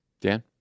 Dan